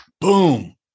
boom